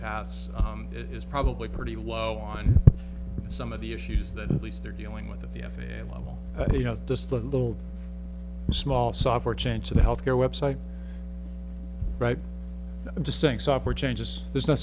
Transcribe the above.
paths is probably pretty low on some of the issues that least they're dealing with of the f a a level you know this little small software change to the health care website right now i'm just saying software changes there's no